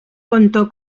contó